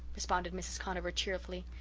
responded mrs. conover cheerfully.